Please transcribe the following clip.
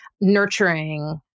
nurturing